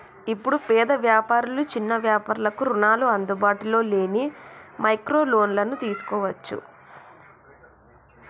ఇప్పుడు పేద వ్యాపారులు చిన్న వ్యాపారులకు రుణాలు అందుబాటులో లేని మైక్రో లోన్లను తీసుకోవచ్చు